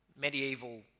medieval